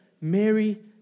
Mary